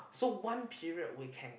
so one period we can